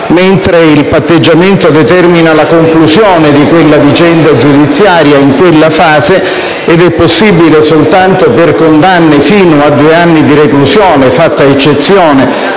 diversi. Il patteggiamento determina la conclusione di quella vicenda giudiziaria in quella fase, ed è possibile soltanto per condanne fino a due anni di reclusione, fatta eccezione